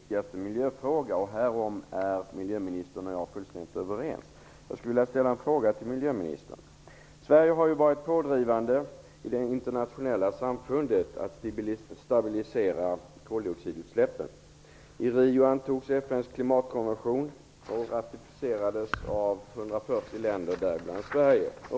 Fru talman! Miljöministern sade i ett svar tidigare i dag att klimatfrågan är vår viktigaste miljöfråga, och härom är miljöministern och jag fullständigt överens. Sverige har ju varit pådrivande i det internationella samfundet för att stabilisera koldioxidutsläppen. I Rio antogs FN:s klimatkonvention. Den ratificerades av 140 länder, däribland Sverige.